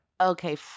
Okay